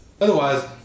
otherwise